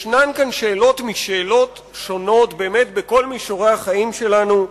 ישנן כאן שאלות משאלות שונות בכל מישורי החיים שלנו,